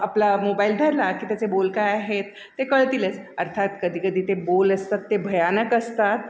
आपला मोबायल धरला की त्याचे बोल काय आहेत ते कळतीलच अर्थात कधी कधी ते बोल असतात ते भयानक असतात